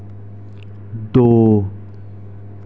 दो